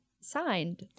signed